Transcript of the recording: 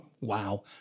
Wow